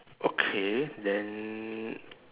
okay then